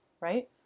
right